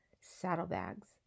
saddlebags